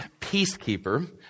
peacekeeper